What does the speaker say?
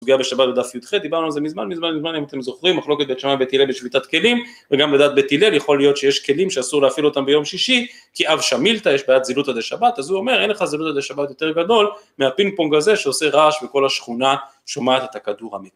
וגם בשבת ודף י"ח, דיברנו על זה מזמן, מזמן, מזמן אם אתם זוכרים, מחלוקת בית שמאי בית הלל בשביתת כלים וגם לדעת בית הלל יכול להיות שיש כלים שאסור להפעיל אותם ביום שישי כי אב שמילתא, יש בעיית זילותא דשבת, אז הוא אומר אין לך זילות עד השבת יותר גדול מהפינפונג הזה שעושה רעש וכל השכונה שומעת את הכדור האמיתי.